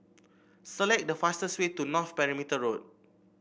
select the fastest way to North Perimeter Road